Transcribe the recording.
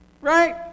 right